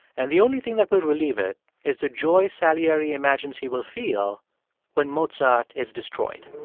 and the only thing that would relieve it is the joy salieri imagines he will feel when mozart is destroyed